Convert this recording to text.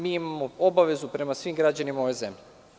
Mi imamo obavezu prema svim građanima ove zemlje.